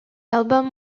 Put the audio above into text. album